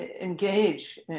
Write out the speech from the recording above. engage